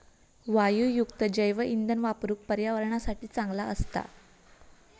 वायूयुक्त जैवइंधन वापरुक पर्यावरणासाठी चांगला असता